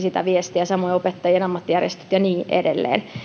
sitä viestiä ja samoin opettajien ammattijärjestöt ja niin edelleen